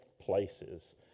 places